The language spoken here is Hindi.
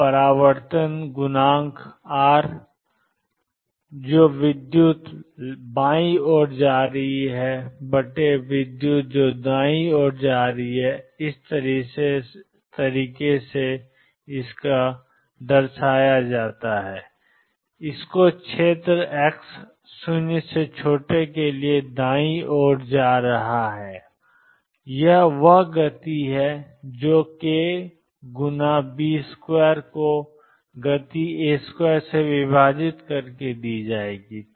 अब परावर्तन गुणांक Rcurrent going to the leftcurrent going to the right क्षेत्र x0 में दाईं ओर जा रहा है यह वह गति होगी जो k गुणा B2 को गति A2 से विभाजित करके दी जाएगी